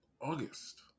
August